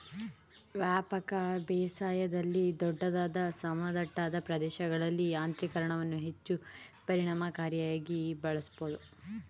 ವ್ಯಾಪಕ ಬೇಸಾಯದಲ್ಲಿ ದೊಡ್ಡದಾದ ಸಮತಟ್ಟಾದ ಪ್ರದೇಶಗಳಲ್ಲಿ ಯಾಂತ್ರೀಕರಣವನ್ನು ಹೆಚ್ಚು ಪರಿಣಾಮಕಾರಿಯಾಗಿ ಬಳಸ್ಬೋದು